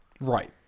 Right